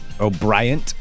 O'Brien